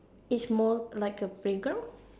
it's more like a playground